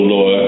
Lord